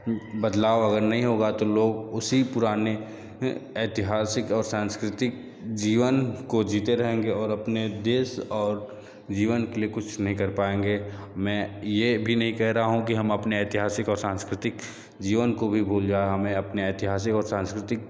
बदलाव अगर नहीं होगा तो लोग उसी पुराने ऐतिहासिक और सांस्कृतिक जीवन को जीते रहेंगे और अपने देश और जीवन के लिए कुछ नहीं कर पाएंगे मैं यह भी नहीं कह रहा हूँ कि हम अपने ऐतिहासिक और सांस्कृतिक जीवन को भी भूल जाए और अपने ऐतिहासिक और सांस्कृतिक